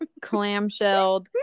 clamshelled